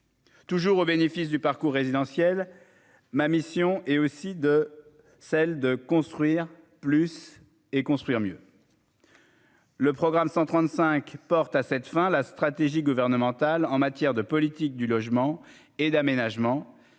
toujours au bénéfice du parcours résidentiel ma mission et aussi de celle de construire plus et construire mieux. Le programme 135 porte à cette fin, la stratégie gouvernementale en matière de politique du logement et d'aménagement,